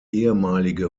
ehemalige